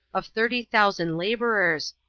of thirty thousand laborers,